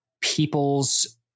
people's